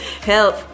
Help